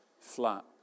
flat